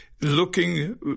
looking